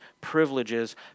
privileges